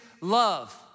love